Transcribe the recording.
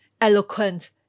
eloquent